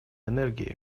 энергии